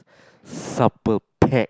supper pack